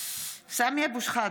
(קוראת בשמות חברי הכנסת) סמי אבו שחאדה,